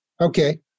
Okay